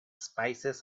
spices